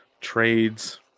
trades